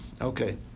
Okay